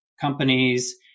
companies